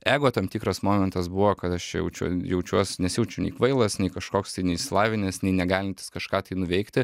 ego tam tikras momentas buvo kad aš čia jaučiu jaučiuos nesijaučiu nei kvailas nei kažkoks tai neišsilavinęs nei negalintis kažką tai nuveikti